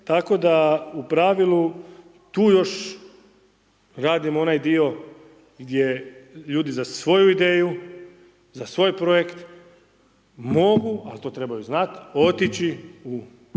Tako da u pravilu tu još gradimo onaj dio gdje ljudi za svoju ideju, za svoj projekt mogu ali to trebaju znati otići u